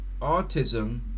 autism